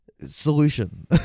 solution